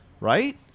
right